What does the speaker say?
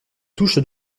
touche